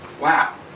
Wow